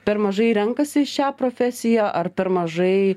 per mažai renkasi šią profesiją ar per mažai